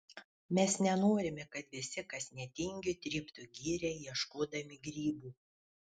mes nenorime kad visi kas netingi tryptų girią ieškodami grybų